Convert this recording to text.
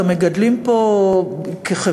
גם מגדלים פה כחברה,